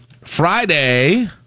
Friday